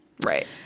Right